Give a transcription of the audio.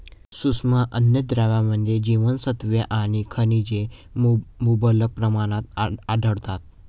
सूक्ष्म अन्नद्रव्यांमध्ये जीवनसत्त्वे आणि खनिजे मुबलक प्रमाणात आढळतात